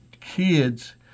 kids